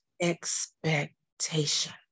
expectation